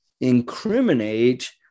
incriminate